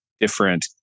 different